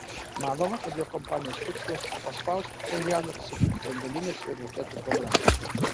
manoma kad jo kampanijos tikslas paspausti pchenjaną atsisakyti branduolinės ir raketų programų